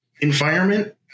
environment